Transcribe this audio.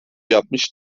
yapmış